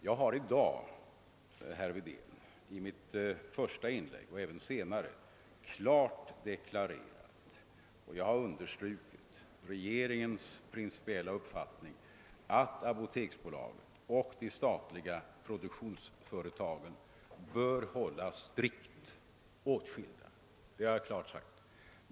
Jag har i dag, herr Wedén, i mitt första inlägg och även senare klart deklarerat regeringens principiella uppfattning, att apoteksbolaget och de statliga produktionsföretagen bör hållas strikt åtskilda. Det har jag tydligt sagt ifrån.